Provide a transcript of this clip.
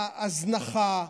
ההזנחה,